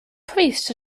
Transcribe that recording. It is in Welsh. pris